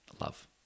love